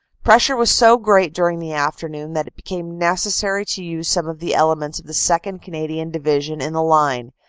pressure was so great during the afternoon that it became necessary to use some of the elements of the second. canadian division in the line,